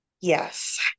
Yes